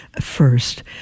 first